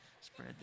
spread